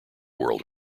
world